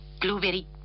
blueberry